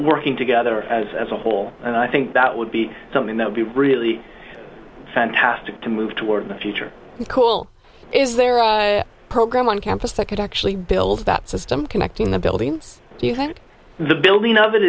working together as a whole and i think that would be something that would be really fantastic to move toward the future cool is there a program on campus that could actually build that system connecting the building the building of it